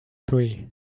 three